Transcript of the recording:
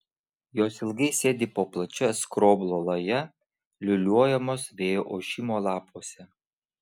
jos ilgai sėdi po plačia skroblo laja liūliuojamos vėjo ošimo lapuose